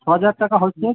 ছ হাজার টাকা হচ্ছে